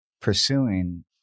pursuing